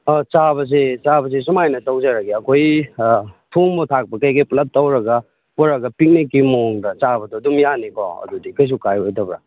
ꯑꯥ ꯆꯥꯕꯁꯦ ꯆꯥꯕꯁꯦ ꯁꯨꯃꯥꯏꯅ ꯇꯧꯖꯔꯒꯦ ꯑꯩꯈꯣꯏ ꯑꯥ ꯊꯣꯡꯕ ꯊꯥꯛꯄ ꯀꯩꯔꯤ ꯀꯔꯤ ꯄꯨꯂꯞ ꯇꯧꯔꯒ ꯄꯨꯔꯛꯑꯒ ꯄꯤꯛꯅꯤꯛꯀꯤ ꯃꯑꯣꯡꯗ ꯆꯥꯕꯗꯣ ꯑꯗꯨꯝ ꯌꯥꯅꯤꯀꯣ ꯑꯗꯨꯗꯤ ꯀꯔꯤꯁꯨ ꯀꯥꯏꯔꯣꯏꯗꯕ꯭ꯔꯥ